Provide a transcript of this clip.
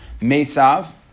Mesav